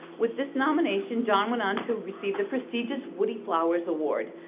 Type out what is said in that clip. with this nomination, john went on to receive the prestigious woody flowers award.